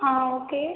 ஆ okay